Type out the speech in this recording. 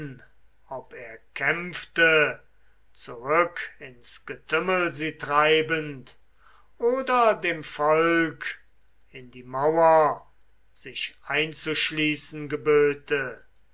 ob er kämpfte zurück ins getümmel sie treibend oder dem volk in die mauer sich einzuschließen geböte